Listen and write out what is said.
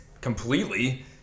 Completely